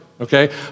okay